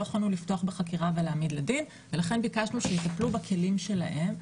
יכולנו לפתוח בחקירה ולהעמיד לדין ולכן ביקשנו שיטפלו בכלים שלהם.